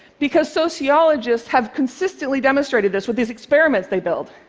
because sociologists have consistently demonstrated this with these experiments they build,